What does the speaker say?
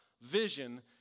vision